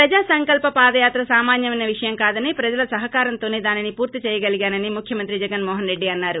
ప్రజాసంకల్స పాదయాత్ర సామాన్నమైన విషయం కాదని ప్రజల సహకారంతోనే దానిని పూర్తి చేయగలిగానని ముఖ్యమంత్రి జగన్మో హన్ రెడ్డి అన్నారు